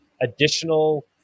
additional